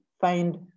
find